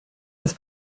des